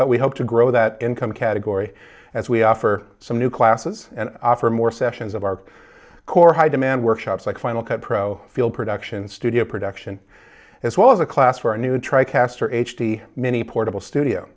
but we hope to grow that income category as we offer some new classes and offer more sessions of our core high demand workshops like final cut pro feel production studio production as well as a class for a new trial caster h d many portable studio